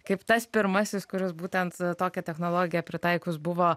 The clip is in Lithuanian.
kaip tas pirmasis kuris būtent tokią technologiją pritaikius buvo